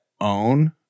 own